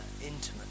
intimate